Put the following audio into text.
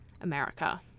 America